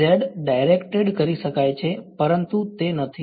વિદ્યાર્થી z directed કરી શકાય છે પરંતુ તે એ નથી